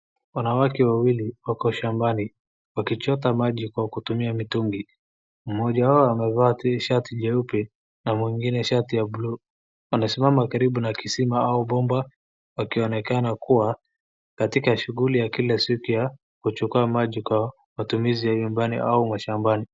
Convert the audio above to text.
Wanawake wawili wako shambani wakichota maji kwa kutumia mitungi. Mmoja wao amevaa t-shirt jeupe na mwingine shati ya buluu. Wanasimama karibu na kisima au bomba, wakionekana kuwa katika shughuli ya kila siku ya kuchukua maji kwa utumizi ya nyumbani au mashambani.